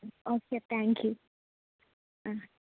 okay thank you ആ